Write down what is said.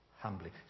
humbly